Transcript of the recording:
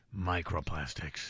Microplastics